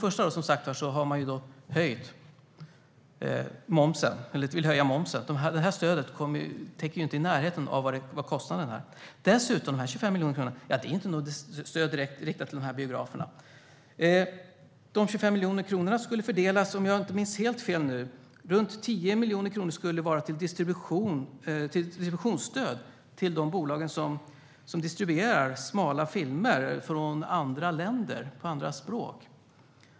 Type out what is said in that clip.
Först och främst vill man höja momsen, så det stödet kommer inte i närheten av att täcka kostnaden. Dessutom är dessa 25 miljoner kronor inte något stöd som är direkt riktat till de här biograferna. De 25 miljonerna skulle, om jag inte minns helt fel, fördelas så här: Runt 10 miljoner kronor skulle gå till distributionsstöd till de bolag som distribuerar smala filmer från andra länder, filmer på andra språk.